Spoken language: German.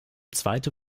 zweite